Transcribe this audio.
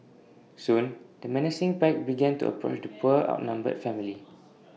soon the menacing pack began to approach the poor outnumbered family